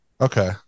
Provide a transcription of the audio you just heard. Okay